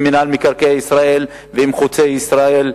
עם מינהל מקרקעי ישראל ועם "חוצה ישראל",